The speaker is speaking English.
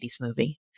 movie